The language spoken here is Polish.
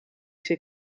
się